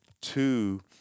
two